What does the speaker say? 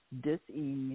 dis-ease